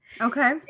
Okay